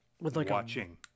Watching